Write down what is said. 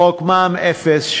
חוק מע"מ אפס,